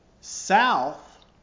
south